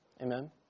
Amen